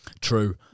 True